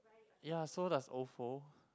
ya so does Ofo